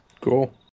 Cool